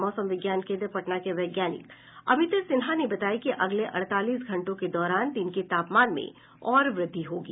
मौसम विज्ञान केन्द्र पटना के वैज्ञानिक अमित सिन्हा ने बताया कि अगले अड़तालीस घंटों के दौरान दिन के तापमान में और वृद्धि होगी